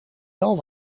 wel